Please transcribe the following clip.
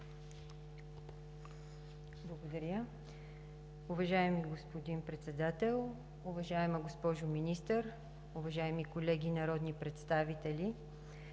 Благодаря.